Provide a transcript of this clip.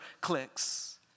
clicks